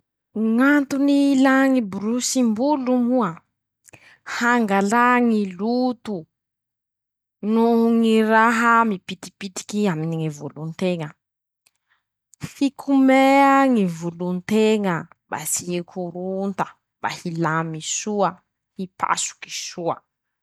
Ñ'antony ilà ñy borosim-bolo moa: -Hangalà ñy loto, noho ñy raha mipitipitiky aminy ñy volon-teña, fikomea ñy volon-teña mba tsy hikoronta, mba hilamy soa, hipasoko soa.